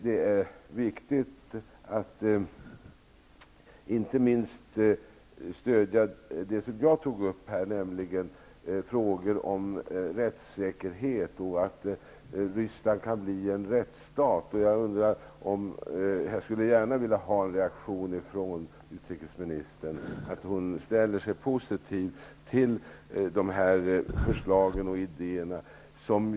Det är viktigt att inte minst stödja det jag tog upp tidigare, nämligen frågor om rättssäkerhet och att Ryssland kan bli en rättsstat. Jag skulle vilja ha en reaktion från utrikesministern att hon ställer sig positiv till dessa förslag och idéer.